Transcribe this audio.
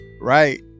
Right